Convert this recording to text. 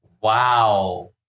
Wow